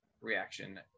reaction